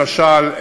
למשל,